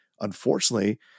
unfortunately